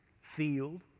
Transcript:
field